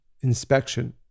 inspection